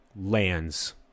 lands